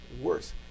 worse